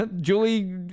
julie